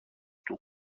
του